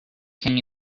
can